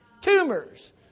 Tumors